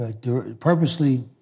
Purposely